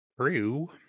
true